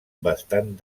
bastant